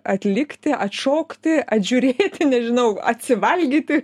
atlikti atšokti atžiūrėti nežinau atsivalgyti